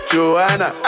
Joanna